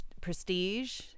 prestige